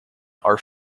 are